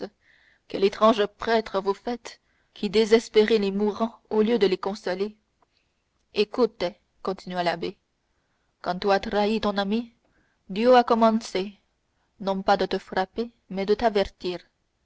quel étrange prêtre vous faites qui désespérez les mourants au lieu de les consoler écoute continua l'abbé quand tu as eu trahi ton ami dieu a commencé non pas de te frapper mais de t'avertir